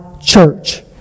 church